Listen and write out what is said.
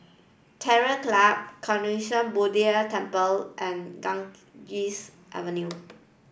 Terror Club Buddha Temple and Ganges Avenue